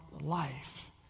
life